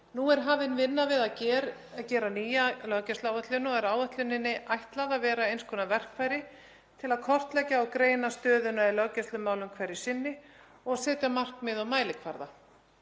Nú er hafin vinna við að gera nýja löggæsluáætlun og er áætluninni ætlað að vera eins konar verkfæri til að kortleggja og greina stöðuna í löggæslumálum hverju sinni og setja markmið og mælikvarða.